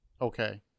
Okay